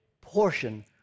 portion